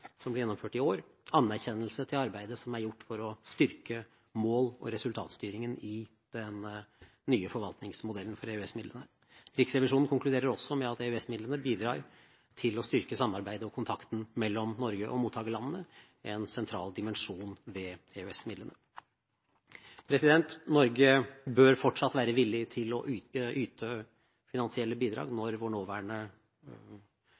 som ble gjennomført i år, anerkjennelse til arbeidet som er gjort for å styrke mål- og resultatstyringen i den nye forvaltningsmodellen for EØS-midlene. Riksrevisjonen konkluderer også med at EØS-midlene bidrar til å styrke samarbeidet og kontakten mellom Norge og mottakerlandene – en sentral dimensjon ved EØS-midlene. Norge bør fortsatt være villig til å yte finansielle bidrag